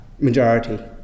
majority